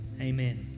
Amen